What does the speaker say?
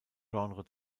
genre